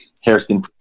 Harrison